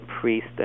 priest